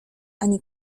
ani